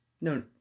No